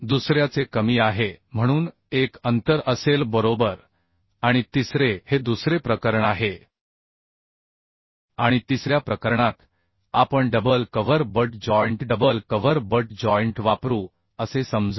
दुसर्याचे कमी आहे म्हणून एक अंतर असेल बरोबर आणि तिसरे हे दुसरे प्रकरण आहे आणि तिसऱ्या प्रकरणात आपण double cover butt joint double cover butt joint वापरू असे समजा